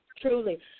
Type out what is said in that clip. truly